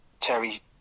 Terry